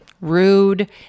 Rude